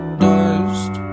dust